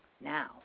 Now